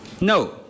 No